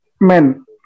men